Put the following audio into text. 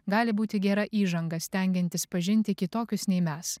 gali būti gera įžanga stengiantis pažinti kitokius nei mes